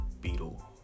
Beetle